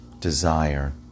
desire